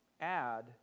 add